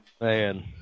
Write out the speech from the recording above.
Man